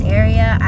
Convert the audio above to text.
area